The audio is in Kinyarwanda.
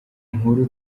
nkuru